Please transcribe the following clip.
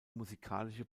musikalische